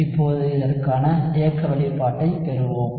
இப்போது இதற்கான இயக்க வெளிப்பாட்டைப் பெறுவோம்